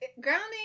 grounding